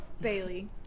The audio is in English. Bailey